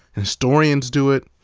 historians do it.